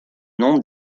noms